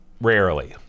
Rarely